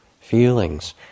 Feelings